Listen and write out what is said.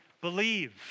believe